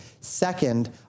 Second